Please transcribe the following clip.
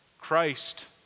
Christ